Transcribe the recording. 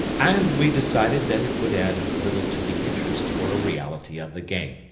and we decided that it would add little to the interest or reality of the game.